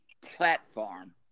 platform